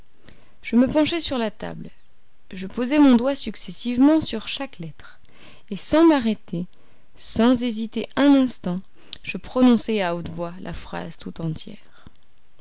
je me penchai sur la table je posai mon doigt successivement sur chaque lettre et sans m'arrêter sans hésiter un instant je prononçai à haute voix la phrase tout entière